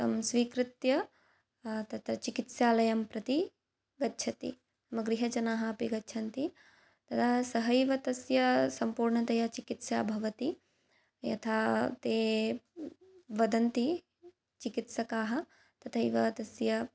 तं स्वीकृत्य तत्र चिकित्सालयम्प्रति गच्छति मम गृहजनाः अपि गच्छन्ति तदा सहैव तस्य सम्पूर्णतया चिकित्सा भवति यथा ते वदन्ति चिकित्सकाः तथैव तस्य